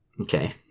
Okay